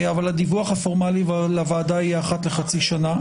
הדיווח הפורמלי לוועדה יהיה אחת לחצי שנה.